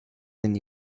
than